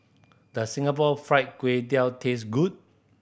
does Singapore Fried Kway Tiao taste good